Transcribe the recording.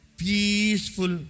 peaceful